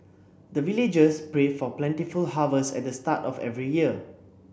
the villagers pray for plentiful harvest at the start of every year